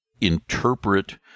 interpret